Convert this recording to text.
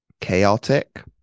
chaotic